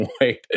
wait